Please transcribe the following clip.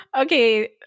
Okay